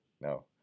No